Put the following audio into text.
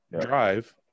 drive